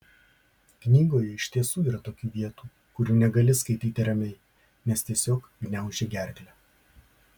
knygoje iš tiesų yra tokių vietų kurių negali skaityti ramiai nes tiesiog gniaužia gerklę